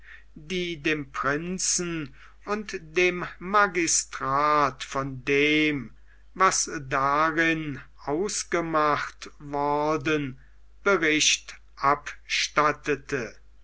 die dem prinzen und dem magistrat von dem was darin abgemacht worden bericht abstattete